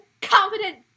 confident